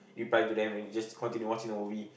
reply to them then you just continue watching the movie